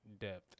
depth